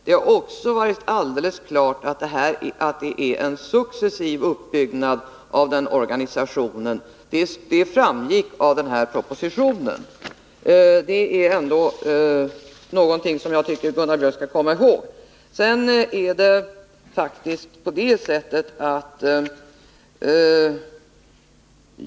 Det har också varit helt klart att det är fråga om en successiv uppbyggnad av den här organisationen. Det framgick av ifrågavarande proposition. Det är någonting som jag tycker att Gunnar Biörck skall komma ihåg.